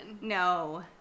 No